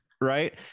right